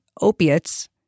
opiates